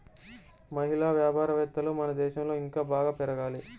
మహిళా వ్యాపారవేత్తలు మన దేశంలో ఇంకా బాగా పెరగాలి